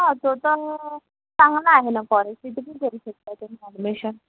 हां तो तर चांगला आहे ना कॉलेज तिथे पण करू शकता तुम्ही ॲडमिशन